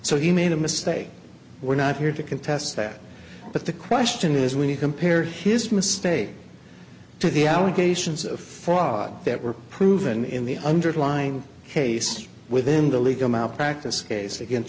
so he made a mistake we're not here to contest that but the question is when you compare his mistake to the allegations of fraud that were proven in the underlying case within the legal malpractise case against